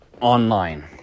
online